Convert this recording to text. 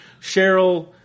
Cheryl